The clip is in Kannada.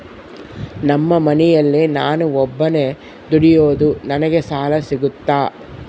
ನಮ್ಮ ಮನೆಯಲ್ಲಿ ನಾನು ಒಬ್ಬನೇ ದುಡಿಯೋದು ನನಗೆ ಸಾಲ ಸಿಗುತ್ತಾ?